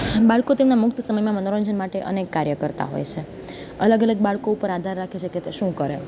બાળકો તેમનાં મુક્ત સમયમાં મનોરંજન માટે અનેક કાર્ય કરતાં હોય છે અલગ અલગ બાળકો ઉપર આધાર રાખે છે કે તે શું કરે